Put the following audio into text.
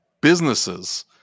businesses